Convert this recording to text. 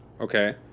okay